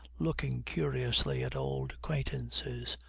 looking curiously at old acquaintances.